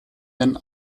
den